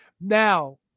Now